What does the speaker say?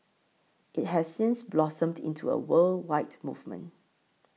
it has since blossomed into a worldwide movement